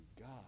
God